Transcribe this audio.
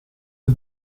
del